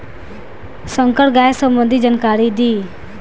संकर गाय सबंधी जानकारी दी?